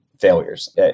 failures